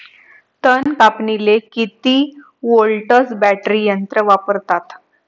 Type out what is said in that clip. तन कापनीले किती व्होल्टचं बॅटरी यंत्र वापरतात?